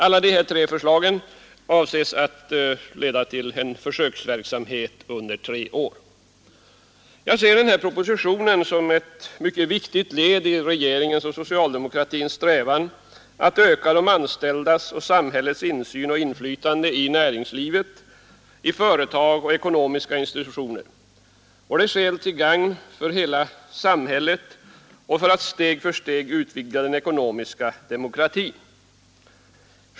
Alla desa tre förslag avser att leda till en försöksverksamhet under tre år. Jag ser den här propositionen som ett mycket viktigt led i regeringens och socialdemokratins strävan att öka de anställdas och samhällets insyn och inflytande i näringslivet, i företag och ekonomiska institutioner. Det sker till gagn för hela samhället och för att steg för steg utvidga den ekonomiska demokratin.